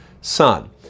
Son